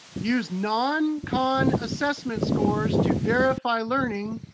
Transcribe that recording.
use non-khan assessment scores to verify learning,